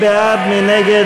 לא התקבלה.